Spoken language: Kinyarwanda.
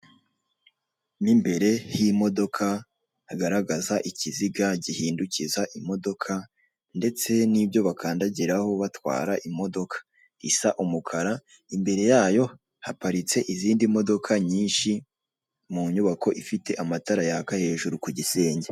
Mu imbere h'imodoka hagaragaza ikiziga gihindukiza imodoka ndetse n'ibyo bakandagiraho batwara imodoka. Isa umukara, imbere yayo haparitse izindi modoka nyinshi mu nyubako ifite amatara yaka hejuru ku gisenge.